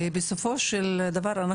בסופו של דבר,